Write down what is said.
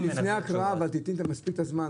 לפני ההקראה תיתני מספיק זמן.